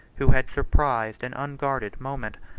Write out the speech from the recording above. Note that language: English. who had surprised an unguarded moment,